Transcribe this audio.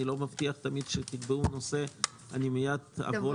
אני לא מבטיח שתמיד כשתקבעו דיון אני מייד אבוא